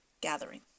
gathering